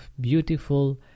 beautiful